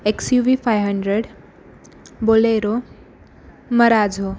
x U V five hundred Bolero Marazzo